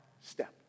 step